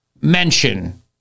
mention